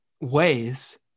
ways